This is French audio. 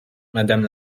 madame